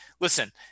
Listen